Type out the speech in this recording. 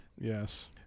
yes